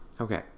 okay